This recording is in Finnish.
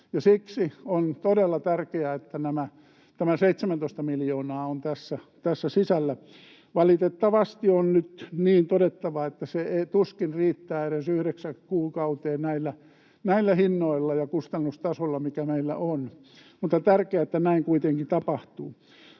Siksi on todella tärkeää, että tämä 17 miljoonaa on tässä sisällä. Valitettavasti on nyt todettava, että se tuskin riittää edes yhdeksään kuukauteen näillä hinnoilla ja kustannustasolla, mikä meillä on, mutta on tärkeää, että näin kuitenkin tapahtuu.